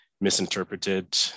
misinterpreted